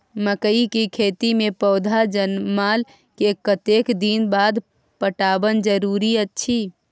मकई के खेती मे पौधा जनमला के कतेक दिन बाद पटवन जरूरी अछि?